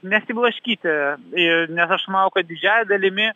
nesiblaškyti ir nes aš manau kad didžiąja dalimi